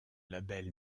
label